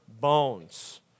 bones